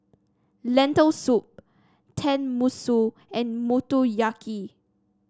Lentil Soup Tenmusu and Motoyaki